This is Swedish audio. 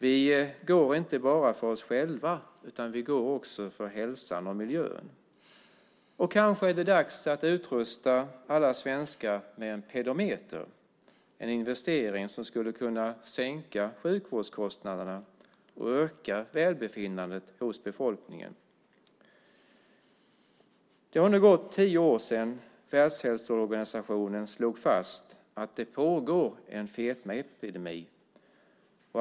Vi går inte bara för vår egen del, utan vi går också för hälsan och miljön. Kanske är det dags att utrusta alla svenskar med en pedometer, en investering som skulle kunna sänka sjukvårdskostnaderna och öka välbefinnandet hos befolkningen. Det har nu gått tio år sedan Världshälsoorganisationen slog fast att det pågår en fetmaepidemi.